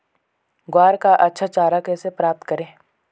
ग्वार का अच्छा चारा कैसे प्राप्त करें?